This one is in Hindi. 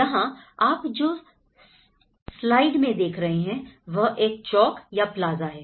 यहां आप जो स्लाइड में देख रहे हैं वह एक चौक या प्लाज़ा है